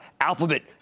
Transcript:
alphabet